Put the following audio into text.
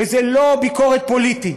וזו לא ביקורת פוליטית.